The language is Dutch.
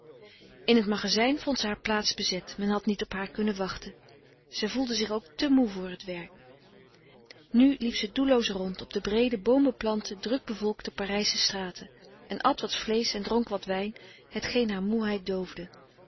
in t magazijn vond ze haar plaats bezet men had niet op haar kunnen wachten zij voelde zich ook te moe voor t werk nu liep ze doelloos rond op de breede boom beplante druk bevolkte parijsche straten en at wat vleesch en dronk wat wijn hetgeen haar moeheid